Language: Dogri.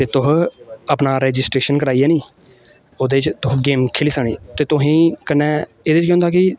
ते तुस अपना रजिस्ट्रेशन कराइयै नी ओह्दे च तुस गेम खेली सकने ते तुसेंगी कन्नै एह्दे च केह् होंदा कि